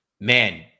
Man